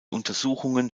untersuchungen